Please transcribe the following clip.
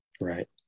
Right